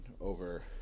over